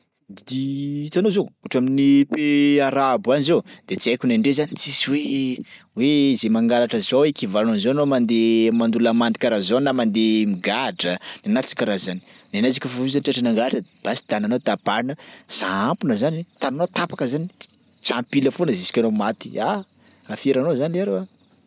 Hitanao zao ohatry amin'ny pays arabo any zao de tsy aiko nendreo zany tsisy hoe hoe zay mangalatra zao équivalent an'zao anao mandeha mandoa lamandy karaha zao na mandeha migadra nenazy tsy karaha zany nenazy kaofa hoza tratra nangalatra basy tànanao tapahana, sampona zany, tànanao tapaka zany ts- tsy ampy ila foana juska anao maty. Ah, aferanao zany leroa.